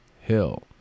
Hill